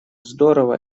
здорово